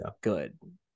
good